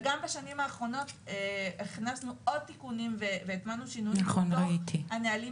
גם בשנים האחרונות הכנסנו עוד תיקונים והטמענו שינויים בתוך הנהלים